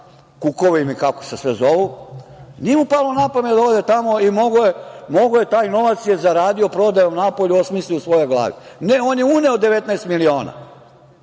ostrvima, kako se sve zovu, nije mu palo na pamet da ode tamo. Taj novac je zaradio prodajom napolju, osmislio u svojoj glavi. Ne, on je uneo 19 miliona.